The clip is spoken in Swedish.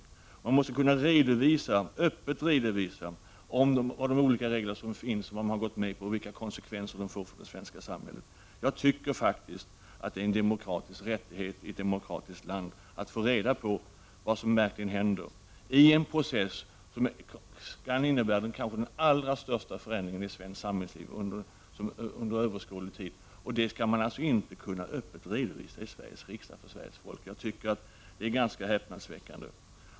Man måste öppet kunna redovisa de olika regler man har gått med på och vilka konsekvenser de får för det svenska samhället. Jag tycker faktiskt att det är en demokratisk rättighet i ett demokratiskt land att få reda på vad som verkligen händer i en process som kan innebära den kanske allra största förändringen i svenskt samhällsliv under överskådlig tid. Den frågan skall man alltså inte kunna redovisa öppet i Sveriges riksdag, för Sveriges folk. Det är ganska häpnadsväckande.